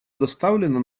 доставлена